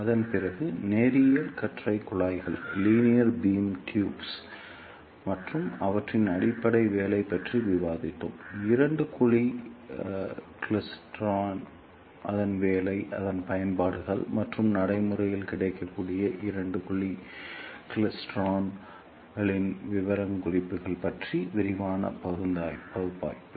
அதன் பிறகு நேரியல் கற்றை குழாய்கள் மற்றும் அவற்றின் அடிப்படை வேலை பற்றி விவாதித்தோம் இரண்டு குழி கிளைஸ்ட்ரான் அதன் வேலை அதன் பயன்பாடுகள் மற்றும் நடைமுறையில் கிடைக்கக்கூடிய இரண்டு குழி கிளைஸ்டிரான்களின் விவரக்குறிப்புகள் பற்றிய விரிவான பகுப்பாய்வு